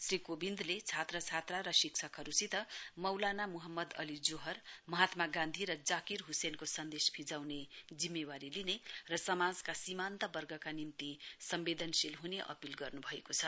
श्री कोविन्दले छात्र छात्रा र शिक्षकहरुसित मौलाना मुहम्मद अली जोहर महात्मा गान्धी र जाकिर हुसेनको सन्देश फिजाउँने जिम्मेवारी लिने र समाजका सीमान्त वर्गका निम्ति सम्वेदनशील हुने अपील गर्नुभएको छ